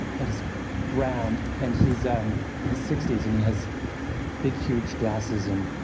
and he's round, and he's um in his sixty s, and he has big huge glasses and